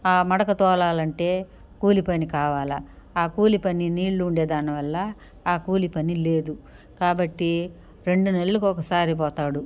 మడకతోలాలంటే కూలిపని కావాలి కూలిపని నీళ్లు ఉండే దానివల్ల కూలిపని లేదు కాబట్టి రెండు నెలలకు ఒకసారి పోతాడు